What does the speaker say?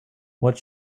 what